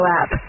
app